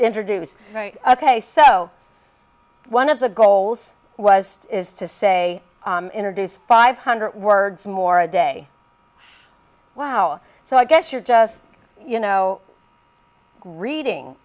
introduce ok so one of the goals was is to say introduce five hundred words more a day wow so i guess you're just you know reading